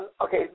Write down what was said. okay